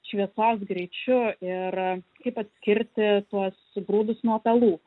šviesos greičiu ir kaip atskirti tuos grūdus nuo pelų